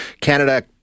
Canada